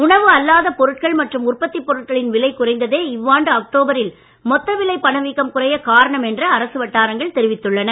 உணவு அல்லாத பொருட்கள் மற்றும் உற்பத்தி பொருட்களின் விலை குறைந்ததே இவ்வாண்டு அக்டோபரில் மொத்த விலை பணவீக்கம் குறைய காரணம் என்று அரசு வட்டாரங்கள் தெரிவித்துள்ளன